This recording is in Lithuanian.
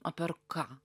o per ką